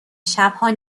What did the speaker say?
شبها